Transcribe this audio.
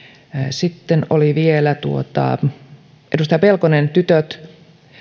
sitten oli vielä edustaja pelkonen tytöt